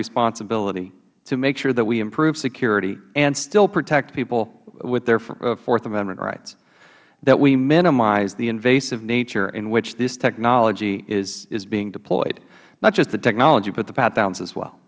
responsibility to make sure that we improve security and still protect people with their fourth amendment rights that we minimize the invasive nature in which this technology is being deployed not just the technology but